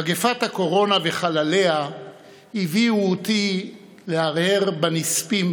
מגפת הקורונה וחלליה הביאו אותי להרהר בנספים,